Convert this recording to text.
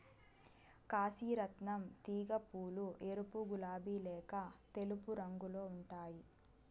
కాశీ రత్నం తీగ పూలు ఎరుపు, గులాబి లేక తెలుపు రంగులో ఉంటాయి